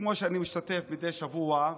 כמו שאני משתתף מדי שבוע,